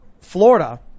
Florida